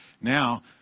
Now